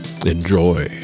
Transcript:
enjoy